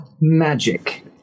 magic